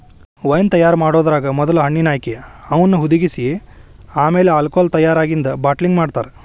wine ತಯಾರ್ ಮಾಡೋದ್ರಾಗ ಮೊದ್ಲ ಹಣ್ಣಿನ ಆಯ್ಕೆ, ಅವನ್ನ ಹುದಿಗಿಸಿ ಆಮೇಲೆ ಆಲ್ಕೋಹಾಲ್ ತಯಾರಾಗಿಂದ ಬಾಟಲಿಂಗ್ ಮಾಡ್ತಾರ